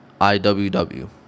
IWW